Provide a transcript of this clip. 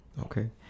okay